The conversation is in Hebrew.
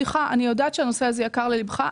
אני יודעת שהנושא הזה יקר לליבך,